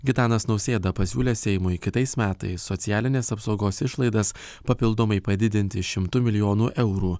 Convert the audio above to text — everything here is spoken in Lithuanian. gitanas nausėda pasiūlė seimui kitais metais socialinės apsaugos išlaidas papildomai padidinti šimtu milijonų eurų